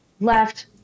left